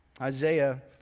Isaiah